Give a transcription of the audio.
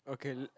okay l~